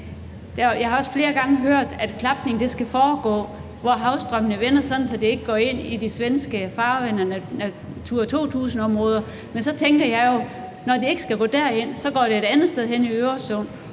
Jeg har flere gange hørt, af klapning skal foregå, hvor havstrømmene vender, sådan at det ikke driver ind i de svenske farvande og Natura 2000-områder, men så tænker jeg jo, at når det ikke skal drive derind, så driver det et andet sted hen i Øresund,